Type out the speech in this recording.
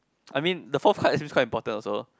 I mean the fourth card is actually quite important also